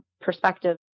perspective